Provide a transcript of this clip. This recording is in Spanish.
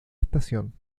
estación